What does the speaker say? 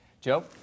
Joe